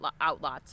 outlots